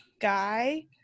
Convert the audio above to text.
guy